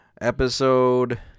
Episode